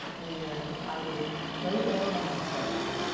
and i was so down on myself,